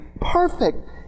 perfect